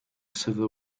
civil